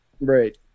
right